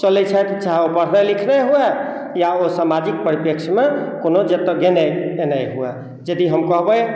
चलैत छथि चाहे ओ पढ़नाइ लिखनाइ हुए या ओ समाजिक परिप्रेक्ष्यमे कोनो जतय जेनाइ एनाइ हुए यदि हम कहबै